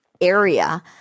area